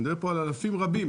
מדובר פה על אלפים רבים.